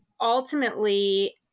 ultimately